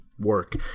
work